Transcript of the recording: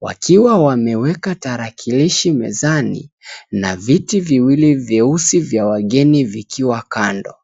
wakiwa wameweka tarakilishi mezani na viti viwili vyeusi vya wageni vikiwa kando.